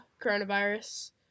coronavirus